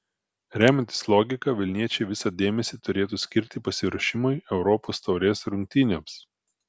remiantis logika vilniečiai visą dėmesį turėtų skirti pasiruošimui europos taurės rungtynėms